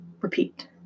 repeat